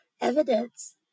evidence